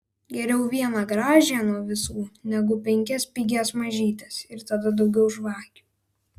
geriau vieną gražią nuo visų negu penkias pigias mažytes ir tada daugiau žvakių